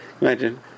Imagine